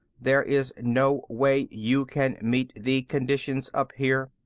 there is no way you can meet the conditions up here.